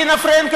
רינה פרנקל,